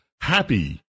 happy